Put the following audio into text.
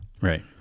Right